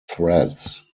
threads